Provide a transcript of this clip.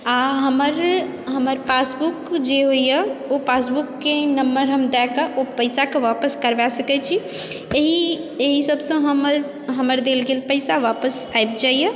आ हमर हमर पासबुक जे होइए ओ पासबुकके नम्बर हम दए कऽ पैसाके वापस करवा सकैत छी एहि एहिसभसँ हमर हमर देल गेल पैसा वापस आबि जाइए